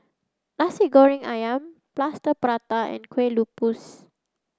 Nasi Goreng Ayam Plaster Prata and Kue Lupis